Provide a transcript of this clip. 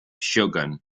shogun